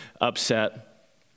upset